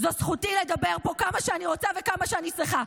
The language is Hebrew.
זו זכותי לדבר פה כמה שאני רוצה וכמה שאני צריכה.